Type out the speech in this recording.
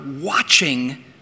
watching